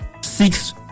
six